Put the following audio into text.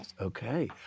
Okay